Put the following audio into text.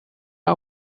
are